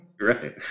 Right